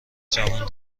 جوون